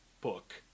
book